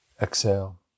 Exhale